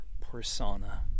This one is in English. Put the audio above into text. persona